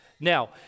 Now